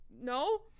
no